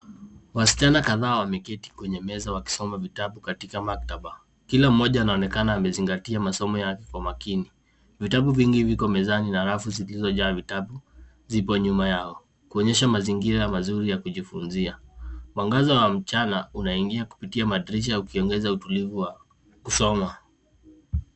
Wasichana kadhaa wameketi kwenye meza wakisoma vitabu katika maktaba. Kila mmoja anaonekana amezingatia masomo yake kwa makini. Vitabu vingi viko mezani na rafu zilizojaa vitabu zipo nyuma yao kuonyesha mazingira mazuri ya kujifunzia. Mwangaza wa mchana unaingia kupitia madirisha ukiongeza utulivu wa kusoma.